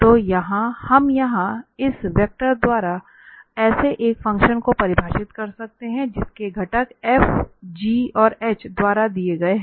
तो हम यहां इस वेक्टर द्वारा ऐसे एक फ़ंक्शन को परिभाषित कर सकते हैं जिसके घटक f g और h द्वारा दिए गए हैं